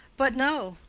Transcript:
but no!